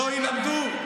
לא ילמדו,